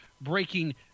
breaking